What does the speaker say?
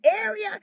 area